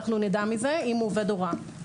אנחנו נדע מזה אם הוא עובד הוראה.